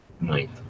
Ninth